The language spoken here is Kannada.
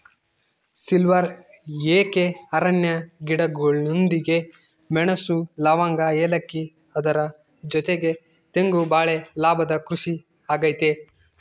ಸಿಲ್ವರ್ ಓಕೆ ಅರಣ್ಯ ಗಿಡಗಳೊಂದಿಗೆ ಮೆಣಸು, ಲವಂಗ, ಏಲಕ್ಕಿ ಅದರ ಜೊತೆಗೆ ತೆಂಗು ಬಾಳೆ ಲಾಭದ ಕೃಷಿ ಆಗೈತೆ